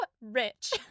rich